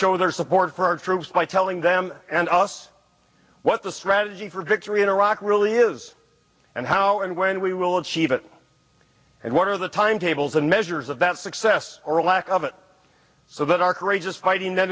show their support for our troops by telling them and us what the strategy for victory in iraq really is and how and when we will achieve it and what are the timetables and measures of that success or lack of it so that our courageous fighting